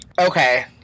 Okay